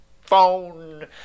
phone